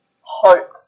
hope